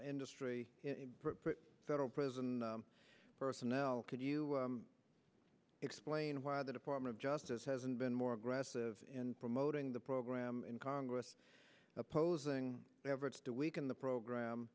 industry federal prison personnel could you explain why the department of justice hasn't been more aggressive in promoting the program in congress opposing everett's to weaken the program